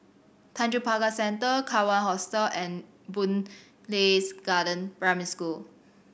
Tanjong Pagar Centre Kawan Hostel and Boon Lays Garden Primary School